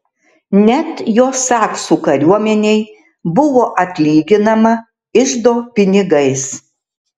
net jo saksų kariuomenei buvo atlyginama iždo pinigais